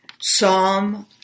Psalm